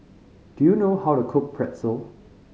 do you know how to cook Pretzel